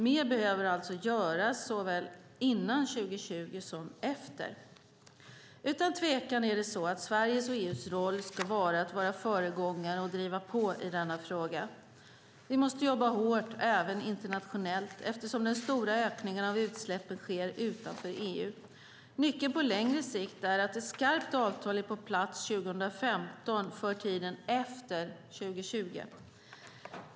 Mer behöver alltså göras såväl före 2020 som efter. Utan tvekan är det så att Sveriges och EU:s roll ska vara att vara föregångare och driva på i denna fråga. Vi måste jobba hårt även internationellt, eftersom den stora ökningen av utsläppen sker utanför EU. Nyckeln på längre sikt är att ett skarpt avtal för tiden efter 2020 är på plats 2015.